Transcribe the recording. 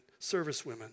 servicewomen